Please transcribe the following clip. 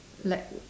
like